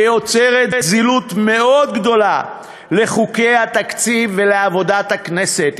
ויוצרת זילות מאוד גדולה בחוקי התקציב ובעבודת הכנסת.